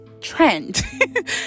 trend